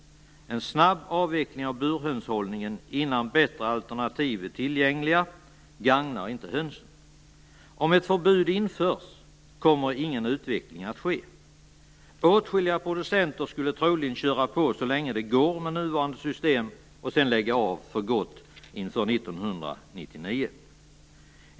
En snabb avveckling av burhönshållningen innan bättre alternativ är tillgängliga gagnar inte hönsen. Om ett förbud införs kommer ingen utveckling att ske. Åtskilliga producenter skulle troligen köra på så länge det går med nuvarande system och sedan lägga av för gott inför 1999.